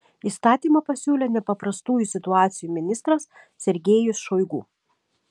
įstatymą pasiūlė nepaprastųjų situacijų ministras sergejus šoigu